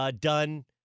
Done